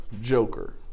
Joker